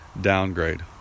downgrade